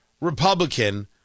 Republican